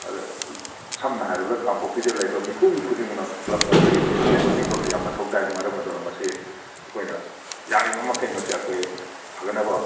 ꯑꯗꯨꯒ ꯁꯝꯅ ꯍꯥꯏꯔꯕꯗ ꯀꯥꯡꯄꯣꯛꯄꯤꯗ ꯂꯩꯔꯤꯕ ꯃꯤꯄꯨꯡ ꯈꯨꯗꯤꯡꯃꯛꯅ ꯀ꯭ꯂꯞꯅ ꯀꯔꯤꯅ ꯃꯁꯦ ꯁꯧꯒꯠꯄꯤꯕ ꯑꯃ ꯌꯥꯝ ꯃꯊꯧ ꯇꯥꯏ ꯃꯔꯝ ꯑꯗꯨꯅ ꯃꯁꯤ ꯑꯩꯈꯣꯏꯅ ꯌꯥꯔꯤꯕ ꯃꯈꯩ ꯃꯁꯦ ꯑꯩꯈꯣꯏ ꯐꯒꯠꯅꯕ